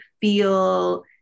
feel